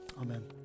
amen